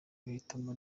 guhitamo